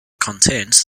contains